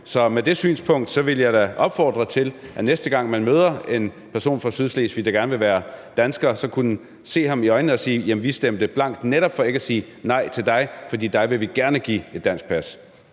Så med det synspunkt vil jeg da opfordre til, at man, næste gang man møder en person fra Sydslesvig, der gerne vil være dansker, så kunne se ham i øjnene og sige: Jamen vi stemte blankt netop for ikke at sige nej til dig, fordi dig vil vi gerne give et dansk pas.